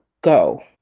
go